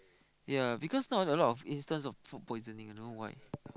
yea because now a lot of instance of food poisoning I don't know why